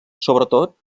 sobretot